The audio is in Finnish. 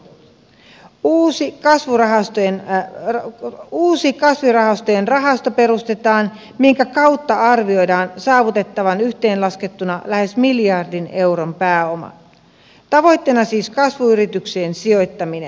perustetaan uusi kasvurahastojen rahasto minkä kautta arvioidaan saavutettavan yhteenlaskettuna lähes miljardin euron pääoma tavoitteena siis kasvuyrityksiin sijoittaminen